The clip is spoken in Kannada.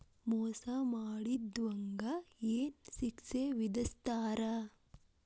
ಮೋಸಾ ಮಾಡಿದವ್ಗ ಏನ್ ಶಿಕ್ಷೆ ವಿಧಸ್ತಾರ?